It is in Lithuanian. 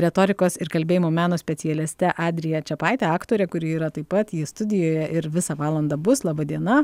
retorikos ir kalbėjimo meno specialiste adrija čepaitė aktorė kuri yra taip pat ji studijoje ir visą valandą bus laba diena